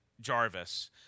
Jarvis